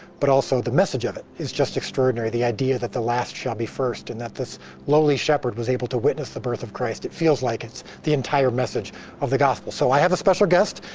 but also the message of it is just extraordinary. the idea that the last shall be first, and that this lowly shepherd was able to witness the birth of christ, it feels like it's the entire message of the gospel. so i have a special guest,